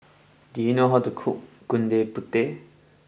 do you know how to cook Gudeg Putih